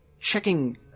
checking